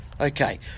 okay